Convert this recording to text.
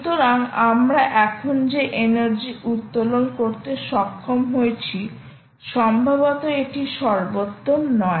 সুতরাং আমরা এখন যে এনার্জি উত্তোলন করতে সক্ষম হয়েছি সম্ভবত এটি সর্বোত্তম নয়